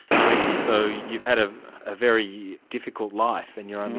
twenty. so you've had a ah very difficult life and you're only